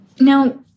Now